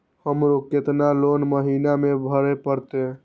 हमरो केतना लोन महीना में भरे परतें?